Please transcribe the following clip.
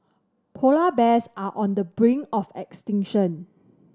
polar bears are on the brink of extinction